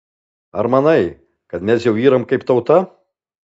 ar manai kad mes jau yram kaip tauta